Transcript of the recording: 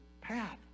path